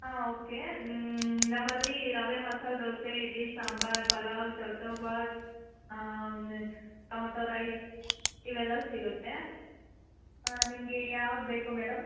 ಹಾಂ ಓಕ್ಕೇ ನಮ್ಮಲ್ಲಿ ರವೆ ಮಸಾಲೆ ದೋಸೆ ಇಡ್ಲಿ ಸಾಂಬಾರು ಪಲಾವ್ ಚೌಚೌಭಾತ್ ಟೊಮೊಟೊ ರೈಸ್ ಇವೆಲ್ಲ ಸಿಗುತ್ತೆ ನಿಮಗೆ ಯಾವ್ದು ಬೇಕು ಮೇಡಮ್